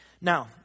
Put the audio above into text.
Now